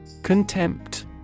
Contempt